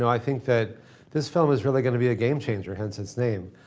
i think that this film is really gonna be a game changer, hence it's name.